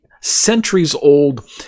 centuries-old